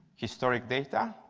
historic data,